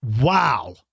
Wow